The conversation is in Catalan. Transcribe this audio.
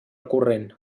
corrent